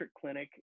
clinic